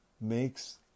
makes